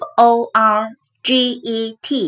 Forget